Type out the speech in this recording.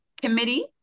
committee